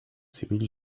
civil